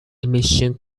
emission